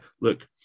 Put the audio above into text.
look